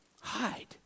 hide